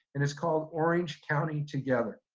and it's called orange county together.